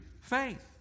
faith